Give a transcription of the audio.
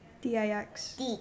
D-I-X